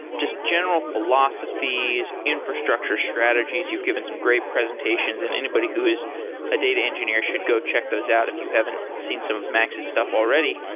just general philosophies, infrastructure strategies, you've given some great presentations. and anybody who is a data engineer should go check those out if you haven't seen some of max's stuff already.